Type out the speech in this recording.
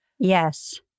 Yes